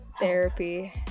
therapy